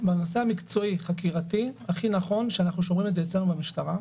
בנושא המקצועי חקירתי הכי נכון שאנחנו שומרים את זה אצלנו במשטרה.